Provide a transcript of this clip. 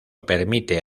permite